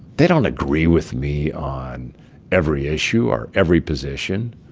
they don't agree with me on every issue or every position.